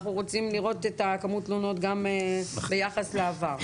אנחנו רוצים לראות את כמות התלונות גם ביחס לעבר.